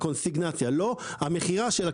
הקונסיגנציה לא המכירה של,